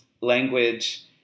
language